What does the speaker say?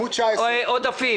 עודפים.